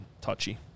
touchy